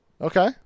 okay